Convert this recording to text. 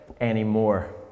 anymore